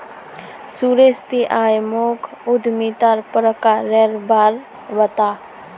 सुरेश ती आइज मोक उद्यमितार प्रकारेर बा र बता